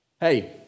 hey